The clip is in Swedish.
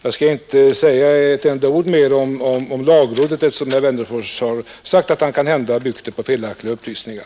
Jag skall inte säga ett enda ord mer om lagrådet, eftersom herr Wennerfors har sagt att han kanhända byggde sina uppgifter på felaktiga upplysningar.